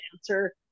answer